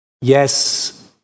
Yes